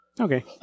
Okay